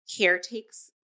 caretakes